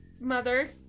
mother